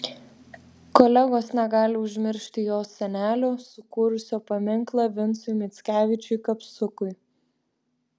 kolegos negali užmiršti jo senelio sukūrusio paminklą vincui mickevičiui kapsukui